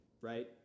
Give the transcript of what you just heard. right